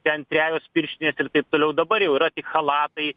bent trejos pirštinės ir taip toliau dabar jau yra tik chalatai